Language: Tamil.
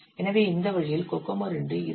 எனவே இந்த வழியில் கோகோமோ II 28